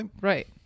Right